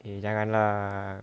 eh jangan lah